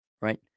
Right